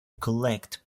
collect